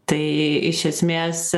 tai iš esmės